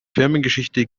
firmengeschichte